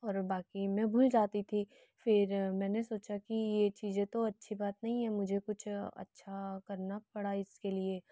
और बाकी मैं भूल जाती थी फिर मैंने सोचा की यह चीज़ें तो अच्छी बात नहीं है मुझे कुछ अच्छा करना पड़ा इसके लिए